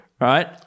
Right